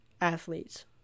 athletes